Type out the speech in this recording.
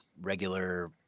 regular